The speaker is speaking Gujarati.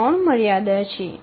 આ ત્રણ મર્યાદા છે